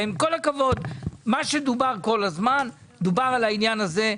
עם כל הכבוד, דובר כל הזמן על העניין הזה.